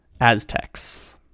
Aztecs